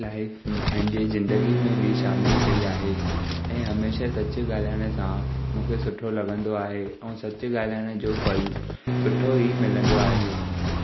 life में पंहिंजे जिंदगी में बि शामिलु कई आहे ऐं हमेशह सचु ॻाल्हाइण सां मूंखे सुठो लॻंदो आहे ऐं सचु ॻाल्हाइण जो फल सुठो ई मिलंदो आहे